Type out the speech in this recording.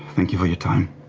thank you for your time.